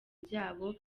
byabo